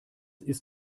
ist